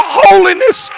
holiness